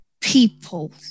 people